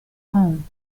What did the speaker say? home